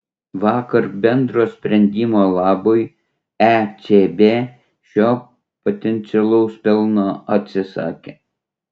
vakar bendro sprendimo labui ecb šio potencialaus pelno atsisakė